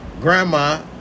Grandma